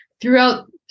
throughout